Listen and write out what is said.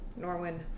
Norwin